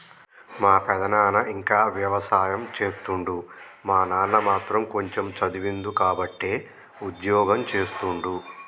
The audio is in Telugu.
మా పెదనాన ఇంకా వ్యవసాయం చేస్తుండు మా నాన్న మాత్రం కొంచెమ్ చదివిండు కాబట్టే ఉద్యోగం చేస్తుండు